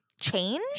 change